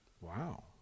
Wow